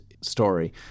story